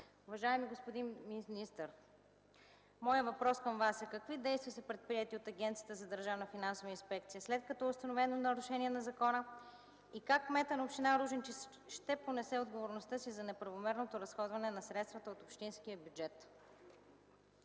Уважаеми господин министър, моят въпрос към Вас е: какви действия са предприети от Агенцията за държавна финансова инспекция, след като е установено нарушение на закона и как кметът на община Ружинци ще понесе отговорността си за неправомерното разходване на средствата от общинския бюджет?